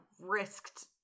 risked